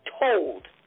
told